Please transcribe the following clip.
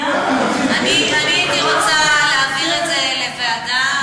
אני הייתי רוצה להעביר את זה לוועדה.